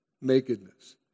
Nakedness